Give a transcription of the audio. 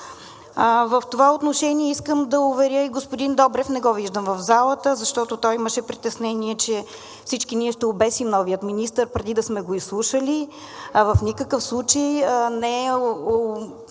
В това отношение искам да уверя и господин Добрев – не го виждам в залата, защото той имаше притеснение, че всички ние ще обесим новия министър, преди да сме го изслушали. В никакъв случай не е